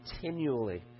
continually